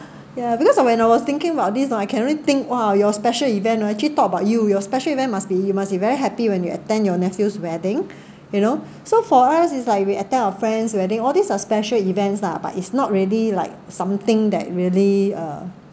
ya because ah when I was thinking about this uh I can really think !wow! your special event are actually talk about you your special event must be must be very happy when you attend your nephew's wedding you know so for us it's like we attend our friend's wedding all these are special events lah but it's not really like something that really uh